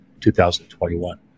2021